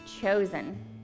chosen